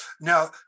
now